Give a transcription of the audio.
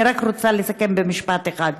אני רק רוצה לסכם במשפט אחד.